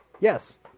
yes